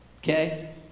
Okay